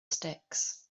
sticks